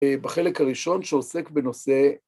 בחלק הראשון שעוסק בנושא...